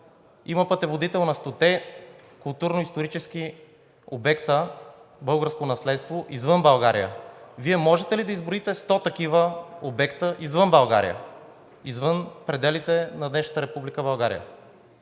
Има Пътеводител на стоте културно-исторически обекта „Българско наследство“ извън България. Вие можете ли да изброите 100 такива обекта извън България, извън пределите на днешна Република България?